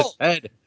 head